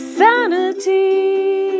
sanity